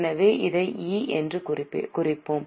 எனவே இதை E எனக் குறிப்போம்